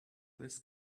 this